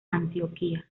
antioquía